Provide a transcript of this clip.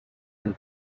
and